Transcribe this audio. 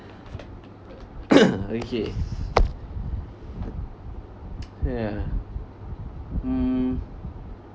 okay ya mm